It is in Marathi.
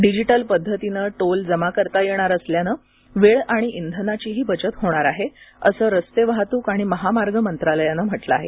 डिजिटल पद्धतीनं टोल जमा करता येणार असल्यानं वेळ आणि इंधनाचीही बचत होणार आहे असं रस्ते वाहतूक आणि महामार्ग मंत्रालयान म्हटल आहे